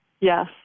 yes